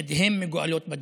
ידיהם מגואלות בדם.